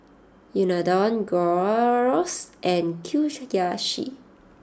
Unadon Gyros and Kushiyaki